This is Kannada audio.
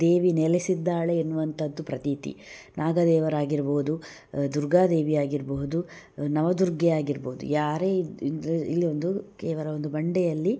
ದೇವಿ ನೆಲೆಸಿದ್ದಾಳೆ ಎನ್ನುವಂಥದ್ದು ಪ್ರತೀತಿ ನಾಗದೇವರಾಗಿರ್ಬೋದು ದುರ್ಗಾದೇವಿಯಾಗಿರಬಹುದು ನವದುರ್ಗೆಯಾಗಿರ್ಬೋದು ಯಾರೇ ಇಲ್ಲೊಂದು ಕೇವಲ ಒಂದು ಬಂಡೆಯಲ್ಲಿ